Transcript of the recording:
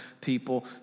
people